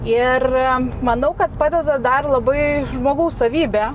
ir manau kad padeda dar labai žmogaus savybė